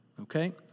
okay